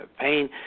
pain